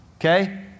Okay